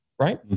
Right